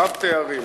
רב תארים.